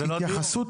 זה לא הדיון.